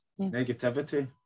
Negativity